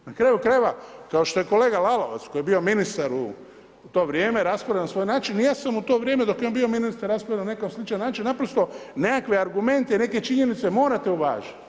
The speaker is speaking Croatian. Na kraju krajeva, kao što je kolega Lalovac, koji je bio ministar u to vrijeme raspravljao na svoj način, ja sam u to vrijeme dok je on bio ministar raspravljao na neki sličan način, naprosto nekakve argumente i neke činjenice morate uvažiti.